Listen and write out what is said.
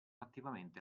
attivamente